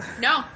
No